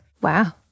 Wow